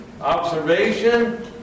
observation